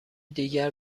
دیگر